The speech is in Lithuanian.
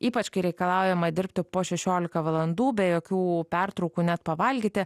ypač kai reikalaujama dirbti po šešiolika valandų be jokių pertraukų net pavalgyti